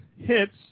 hits